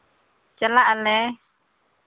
ᱪᱟᱞᱟᱜ ᱟᱞᱮ